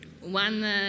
One